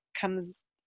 comes